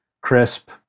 crisp